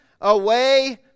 away